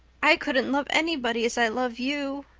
i couldn't love anybody as i love you.